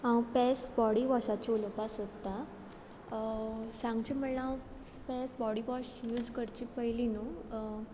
हांव Pears body वॉशाचें उलोपा सोदतां सांगचें म्हणल्या हांव पेअर्स बॉडी वॉश यूज करचे पयलीं न्हू